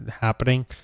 happening